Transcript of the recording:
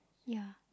ya